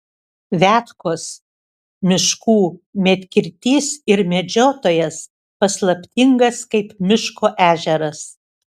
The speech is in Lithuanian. viatkos miškų medkirtys ir medžiotojas paslaptingas kaip miško ežeras